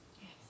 Yes